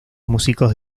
músicos